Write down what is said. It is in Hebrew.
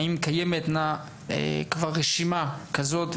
האם קיימת כבר רשימה כזאת,